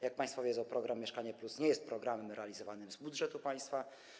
Jak państwo wiedzą, program „Mieszkanie+” nie jest programem realizowanym z budżetu państwa.